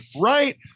Right